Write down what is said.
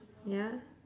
ya